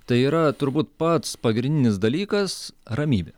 tai yra turbūt pats pagrindinis dalykas ramybė